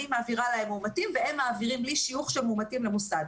אני מעבירה להם מאומתים והם מעבירים לי שיוך של מאומתים למוסד,